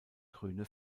grüne